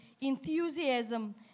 enthusiasm